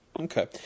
Okay